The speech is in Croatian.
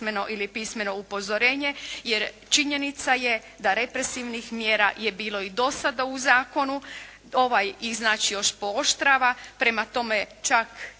upozorenje, jer činjenica je da represivnih mjera je bilo i dosada u zakonu. Ovaj ih znači još pooštrava. Prema tome čak